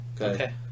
Okay